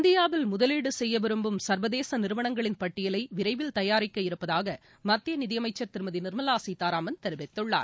இந்தியாவில் புதலீடுசெய்யவிரும்பும் சர்வதேசநிறுவனங்களின் பட்டியலைவிரைவில் தயாரிக்கவிருப்பதாகமத்தியநிதியமைச்சர் திருமதிநிர்மலாசீதாராமன் தெரிவித்துள்ளார்